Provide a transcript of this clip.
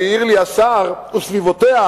והעיר לי השר: וסביבותיה,